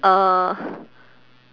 uh